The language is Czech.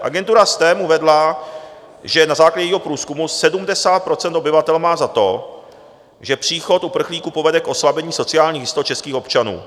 Agentura STEM uvedla, že na základě jejího průzkumu 70 % obyvatel má za to, že příchod uprchlíků povede k oslabení sociálních jistot českých občanů.